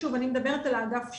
שוב, אני מדברת על האגף שלי.